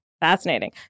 Fascinating